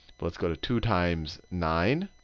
but let's go to two times nine.